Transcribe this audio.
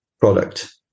product